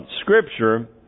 scripture